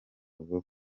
vuba